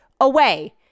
away